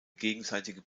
gegenseitige